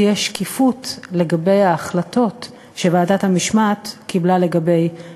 שקובע שהחלטה סופית של ועדת משמעת בעניין